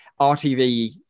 RTV